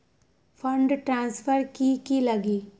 Fund transfer कि की लगी?